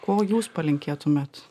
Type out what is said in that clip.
ko jūs palinkėtumėt